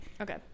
Okay